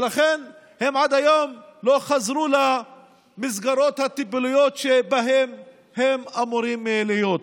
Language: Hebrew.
עד היום הם לא חזרו למסגרות הטיפוליות שבהן הם אמורים להיות.